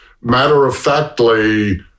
matter-of-factly